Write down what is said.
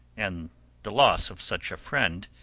and the loss of such a friend,